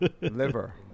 Liver